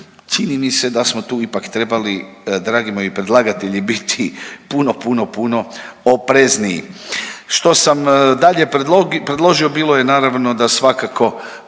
Čini mi se da smo tu ipak trebali dragi moji predlagatelji biti puno, puno, puno oprezniji. Što sam dalje predložio bilo je naravno da svakako